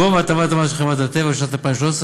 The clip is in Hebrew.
גובה הטבת המס של חברת טבע בשנת 2013,